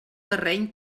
terreny